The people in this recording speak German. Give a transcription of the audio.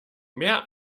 mehr